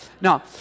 Now